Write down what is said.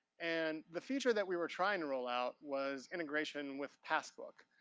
and the feature that we were trying to roll out was integration with passbook.